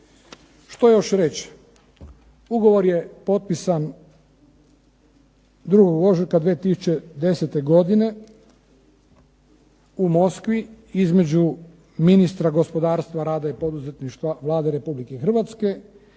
Što još reći? Ugovor je potpisan 02. ožujka 2010. godine u Moskvi između ministra gospodarstva, rada i poduzetništva Vlade RH i